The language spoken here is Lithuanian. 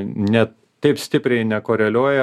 ne taip stipriai nekoreliuoja